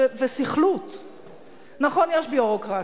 יגיש בקשה